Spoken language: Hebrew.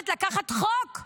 ואני קוראת גם לחברים שלי,